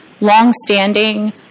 longstanding